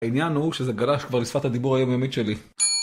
העניין הוא שזה גלש כבר לשפת הדיבור היומיומית שלי.